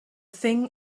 thing